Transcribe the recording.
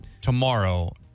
Tomorrow